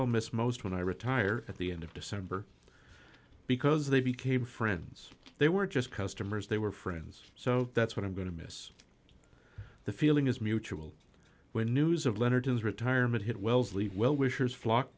i'll miss most when i retire at the end of december because they became friends they were just customers they were friends so that's what i'm going to miss the feeling is mutual when news of leonard his retirement hit wellesley well wishers flock